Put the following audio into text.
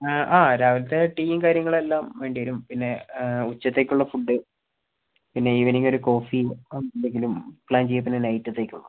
ആ രാവിലത്തെ ടീയും കാര്യങ്ങളും എല്ലാം വേണ്ടിവരും പിന്നേ ഉച്ചത്തേക്കുള്ള ഫുഡ് പിന്നെ ഈവനിംഗ് ഒരു കോഫിയും എന്തെങ്കിലും പ്ലാൻ ചെയ്യാം പിന്നെ നൈറ്റത്തേക്കുള്ളതും